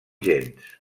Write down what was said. gens